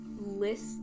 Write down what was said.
list